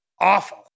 awful